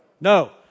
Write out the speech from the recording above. No